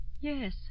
Yes